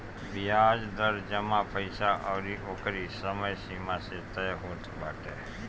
बियाज दर जमा पईसा अउरी ओकरी समय सीमा से तय होत बाटे